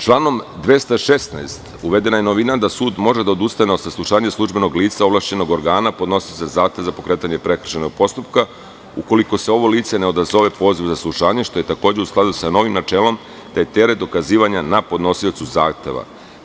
Članom 216. uvedena je novina da sud može da odustane od saslušanja službenog lica, ovlašćenog organa, podnosioca zahteva za pokretanje prekršajnog postupka, ukoliko se ovo lice ne odazove pozivu za saslušanje, što je takođe u skladu sa novim načelom , te je teret dokazivanja na podnosiocu zahteva.